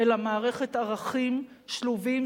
אלא מערכת ערכים שלובים,